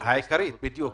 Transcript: העיקרית, בדיוק.